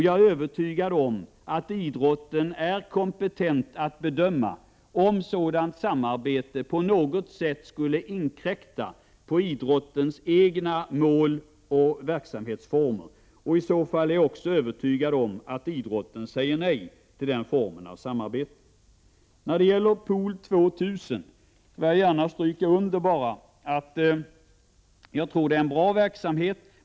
Jag är övertygad om att idrottsrörelsen är kompetent att bedöma om sådant samarbete på något sätt skulle inkräkta på idrottens egna mål och verksamhetsformer. Jag är också övertygad om att idrotten om så skulle vara fallet säger nej till den formen av samarbete. När det gäller POOL 2 tusen vill jag gärna understryka att jag tror att det är en bra verksamhet.